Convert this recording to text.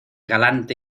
galante